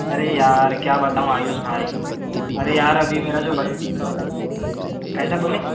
अरे यार क्या बताऊं आयुष भाई अरे यार अभी मेरा जो कैसा बोले